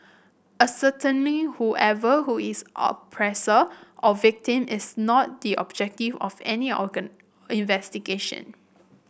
ascertaining whoever who is oppressor or victim is not the objective of any organ investigation